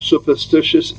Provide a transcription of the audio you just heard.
superstitious